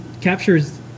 captures